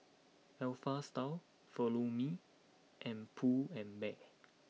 Alpha Style Follow Me and Pull and Bear